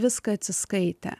viską atsiskaitė